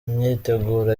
myiteguro